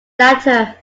latter